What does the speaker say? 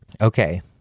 Okay